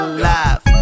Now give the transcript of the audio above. alive